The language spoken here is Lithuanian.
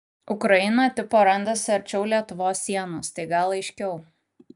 ukraina tipo randasi arčiau lietuvos sienos tai gal aiškiau